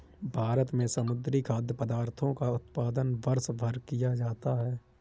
भारत में समुद्री खाद्य पदार्थों का उत्पादन वर्षभर किया जाता है